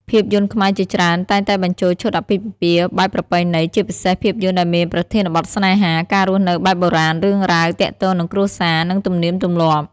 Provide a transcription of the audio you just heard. ភាពយន្តខ្មែរជាច្រើនតែងតែបញ្ចូលឈុតអាពាហ៍ពិពាហ៍បែបប្រពៃណី ជាពិសេសភាពយន្តដែលមានប្រធានបទស្នេហា ការរស់នៅបែបបុរាណ ឬរឿងរ៉ាវទាក់ទងនឹងគ្រួសារ និងទំនៀមទម្លាប់។